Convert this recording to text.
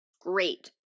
Great